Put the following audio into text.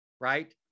right